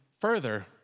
further